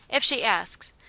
if she asks,